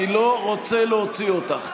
אני לא רוצה להוציא אותך.